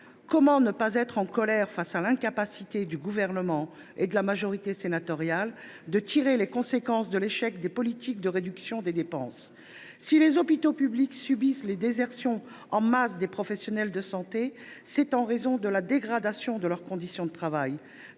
Comment ne pas être en colère face à l’incapacité du Gouvernement et de la majorité sénatoriale de tirer les conséquences de l’échec des politiques de réduction des dépenses ? Si les hôpitaux publics subissent une désertion en masse des professionnels de santé, c’est en raison de la dégradation de leurs conditions de travail.